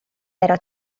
era